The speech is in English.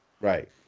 Right